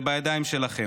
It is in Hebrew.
זה בידיים שלכם.